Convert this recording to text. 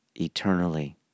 eternally